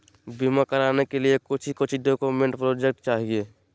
बीमा कराने के लिए कोच्चि कोच्चि डॉक्यूमेंट प्रोजेक्ट चाहिए?